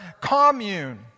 commune